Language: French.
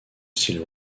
style